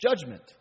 judgment